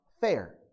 fair